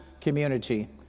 community